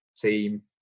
team